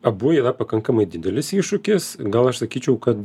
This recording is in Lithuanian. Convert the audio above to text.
abu yra pakankamai didelis iššūkis gal aš sakyčiau kad